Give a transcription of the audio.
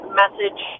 message